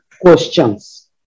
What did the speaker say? questions